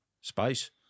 space